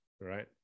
Right